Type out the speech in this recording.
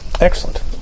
Excellent